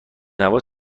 نواز